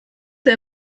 wir